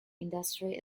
industry